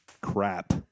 crap